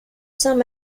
some